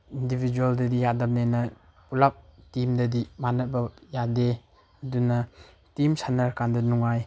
ꯏꯟꯗꯤꯕꯤꯖ꯭ꯋꯦꯜꯗꯗꯤ ꯌꯥꯗꯝꯅꯤꯅ ꯄꯨꯂꯞ ꯇꯤꯝꯗꯗꯤ ꯃꯥꯟꯅꯕ ꯌꯥꯗꯦ ꯑꯗꯨꯅ ꯇꯤꯝ ꯁꯥꯟꯅꯔ ꯀꯥꯟꯗ ꯅꯨꯡꯉꯥꯏ